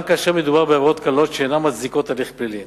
גם כאשר מדובר בעבירות קלות אשר אינן מצדיקות הליך פלילי.